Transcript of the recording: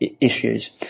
issues